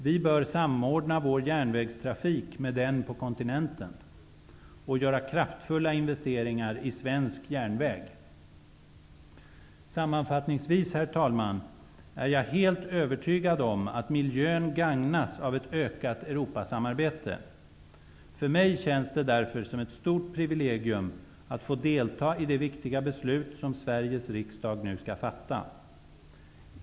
Vi bör samordna vår järnvägstrafik med den på kontinenten och göra kraftfulla investeringar i svensk järnväg. Sammanfattningsvis, herr talman, är jag helt övertygad om att miljön gagnas av ett ökat Europasamarbete. För mig känns det därför som ett stort privilegium att få delta i det viktiga beslut som Sveriges riksdag nu skall fatta.